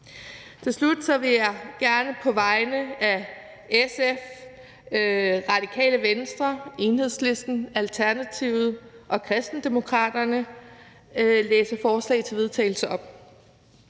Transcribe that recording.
Til slut vil jeg gerne på vegne af SF, Radikale Venstre, Enhedslisten, Alternativet og Kristendemokraterne fremsætte følgende: Forslag til vedtagelse